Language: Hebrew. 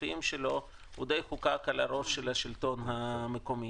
הסופיים שלו הוא די חוקק מעל הראש של השלטון המקומי.